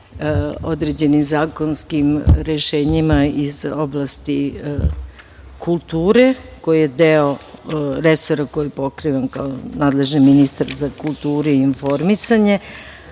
određenim zakonskim rešenjima iz oblasti kulture koji je deo resora koji pokrivam kao nadležan ministar za kulturu i informisanje.